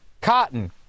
Cotton